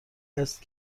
است